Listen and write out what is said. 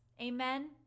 amen